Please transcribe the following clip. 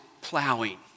plowing